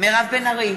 מירב בן ארי,